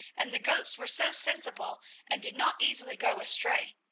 and the goats were so sensible and did not easily go astray.